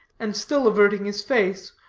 and still averting his face,